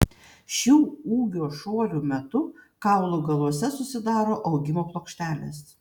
šių ūgio šuolių metu kaulų galuose susidaro augimo plokštelės